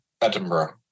Edinburgh